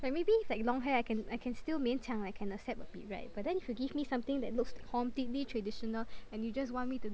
like maybe with like long hair I can I can still 勉强 I can accept a bit right but then if you give me something that looks completely traditional and you just want me to